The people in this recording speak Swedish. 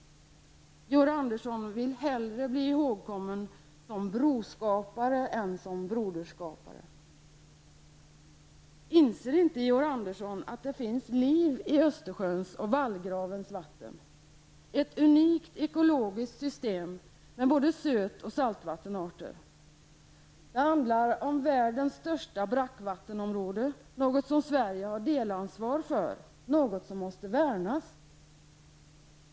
Georg Andersson vill hellre bli ihågkommen som broskapare än som broderskapare. Inser inte Georg Andersson att det finns liv i Östersjöns och ''vallgravens'' vatten? Det är ett unikt ekologiskt system med både söt och saltvattenarter. Det handlar om världens största brackvattenområde, något som Sverige har delansvar för, något som måste värnas.